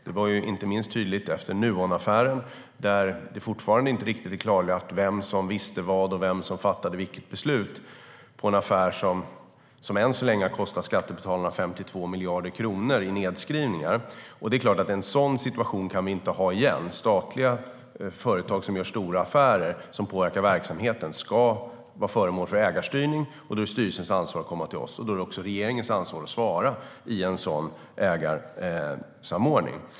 Det blev inte minst tydligt efter Nuonaffären, där det fortfarande inte är klarlagt vem som visste vad och vem som fattade vilket beslut i en affär som än så länge har kostat skattebetalarna 52 miljarder kronor i nedskrivningar. En sådan situation kan vi inte ha igen. Statliga företag som gör stora affärer som påverkar verksamheten ska vara föremål för ägarstyrning. Då är det styrelsens ansvar att komma till oss och regeringens ansvar att svara i en sådan ägarsamordning.